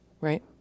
Right